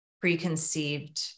preconceived